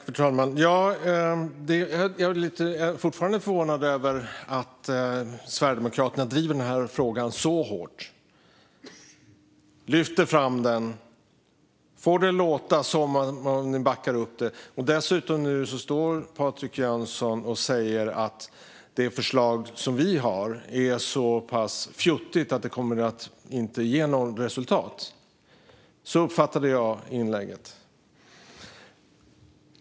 Fru talman! Jag är fortfarande förvånad över att Sverigedemokraterna driver den här frågan så hårt. Ni lyfter fram den och får det att låta som att ni backar upp det. Dessutom står Patrik Jönsson nu och säger att det förslag som vi har är så pass fjuttigt att det inte kommer att ge något resultat. Så uppfattade jag inlägget.